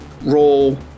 roll